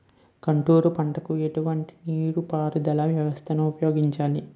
Contour పంటకు ఎటువంటి నీటిపారుదల వ్యవస్థను ఉపయోగిస్తారు?